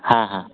ହଁ ହଁ